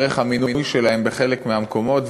דרך המינוי שלהם בחלק מהמקומות,